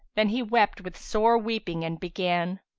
then he wept with sore weeping and began,